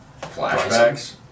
Flashbacks